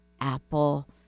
apple